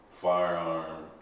firearm